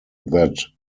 that